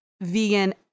vegan